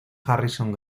harrison